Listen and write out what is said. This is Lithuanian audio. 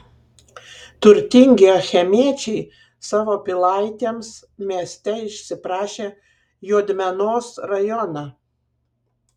turtingi achemiečiai savo pilaitėms mieste išsiprašė juodmenos rajoną